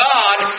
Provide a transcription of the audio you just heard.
God